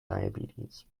diabetes